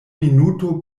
minuto